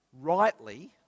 rightly